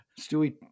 Stewie